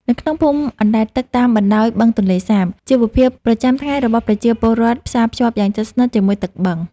នៅក្នុងភូមិអណ្តែតទឹកតាមបណ្តោយបឹងទន្លេសាប ជីវភាពប្រចាំថ្ងៃរបស់ប្រជាពលរដ្ឋផ្សារភ្ជាប់យ៉ាងជិតស្និទ្ធជាមួយទឹកបឹង។